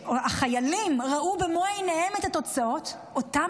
שהחיילים ראו במו עיניהם את התוצאות אותם